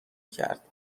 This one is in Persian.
کرد